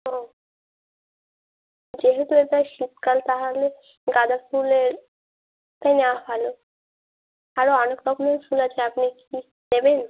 ও যেহেতু এটা শীতকাল তাহলে গাঁদা ফুলের তো নেওয়া ভালো আরো অনেক রকমের ফুল আছে আপনি কি নেবেন